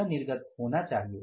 यह निर्गत होना चाहिए